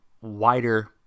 wider